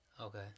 Okay